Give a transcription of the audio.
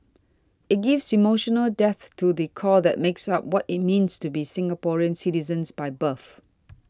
it gives emotional depth to the core that makes up what it means to be Singaporean citizens by birth